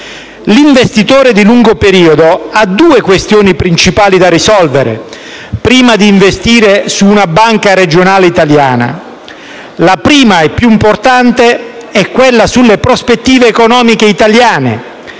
L'investitore di lungo periodo ha due questioni principali da risolvere prima di investire su una banca regionale italiana. La prima e più importante è quella sulle prospettive economiche italiane;